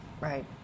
right